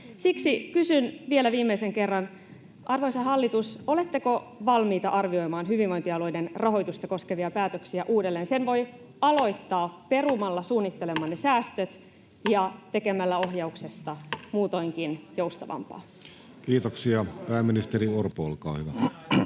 Siksi kysyn vielä viimeisen kerran: arvoisa hallitus, oletteko valmiita arvioimaan hyvinvointialueiden rahoitusta koskevia päätöksiä uudelleen? Sen voi aloittaa perumalla suunnittelemanne säästöt ja tekemällä ohjauksesta muutoinkin joustavampaa. Kiitoksia. — Pääministeri Orpo, olkaa hyvä.